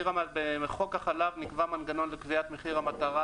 בחוק החלב נקבע מנגנון לקביעת מחיר המטרה